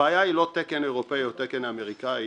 הבעיה היא לא תקן אירופי או תקן אמריקני.